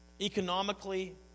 Economically